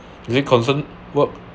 is it concern work